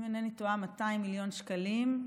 אם אינני טועה, 200 מיליון שקלים,